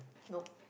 nope